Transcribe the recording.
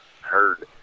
heard